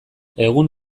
egun